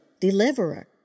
deliverer